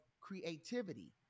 creativity